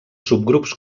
subgrups